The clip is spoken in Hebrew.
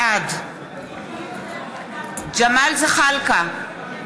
בעד ג'מאל זחאלקה,